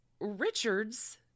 Richards